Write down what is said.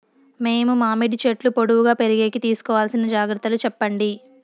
మేము మామిడి చెట్లు పొడువుగా పెరిగేకి తీసుకోవాల్సిన జాగ్రత్త లు చెప్పండి?